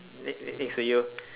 next next next to you